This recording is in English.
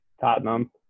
Tottenham